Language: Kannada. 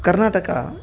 ಕರ್ನಾಟಕ